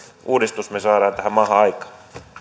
uudistuksen me saamme tähän maahan aikaan arvoisa